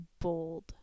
bold